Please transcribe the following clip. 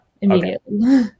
Immediately